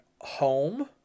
home